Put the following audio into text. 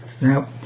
Now